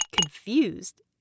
confused